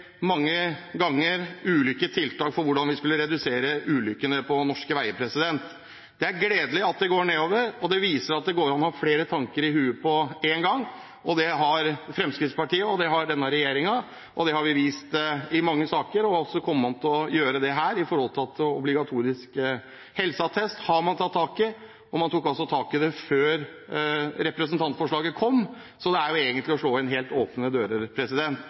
mange ganger ulike tiltak for hvordan vi skulle redusere antall ulykker på norske veier. Det er gledelig at det går nedover, og det viser at det går an å ha flere tanker i hodet på en gang. Det har Fremskrittspartiet, det har denne regjeringen, det har vi vist i mange saker, og man kommer til å gjøre det her når det gjelder obligatorisk helseattest. Det har man tatt tak i, og man tok altså tak i det før representantforslaget kom, så det er jo egentlig å slå inn helt åpne dører.